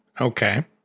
Okay